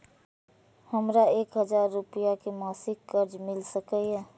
हमरा एक हजार रुपया के मासिक कर्ज मिल सकिय?